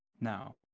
now